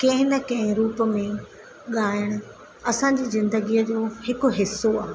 कंहिं न कंहिं रूप में ॻाइणु असांजी ज़िंदगीअ जो हिकु हिसो आहे